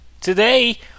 today